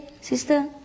sister